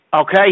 Okay